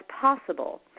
possible